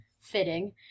fitting